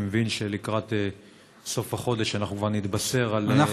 אני מבין שלקראת סוף החודש אנחנו כבר נתבשר על,